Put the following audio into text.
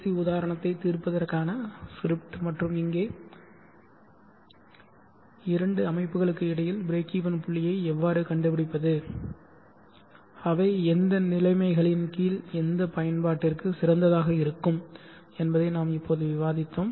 C உதாரணத்தைத் தீர்ப்பதற்கான script மற்றும் இங்கே இரண்டு அமைப்புகளுக்கு இடையில் பிரேக்வென் புள்ளியை எவ்வாறு கண்டுபிடிப்பது அவை எந்த நிலைமைகளின் கீழ் எந்த பயன்பாட்டிற்கு சிறந்ததாக இருக்கும் என்பதை நாம் இப்போது விவாதித்தோம்